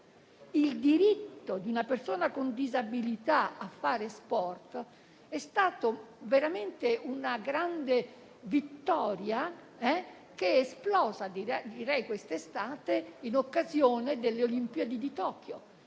del diritto di una persona con disabilità a fare sport è stata veramente una grande vittoria, che è esplosa quest'estate, in occasione delle Olimpiadi di Tokyo,